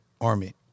army